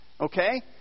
Okay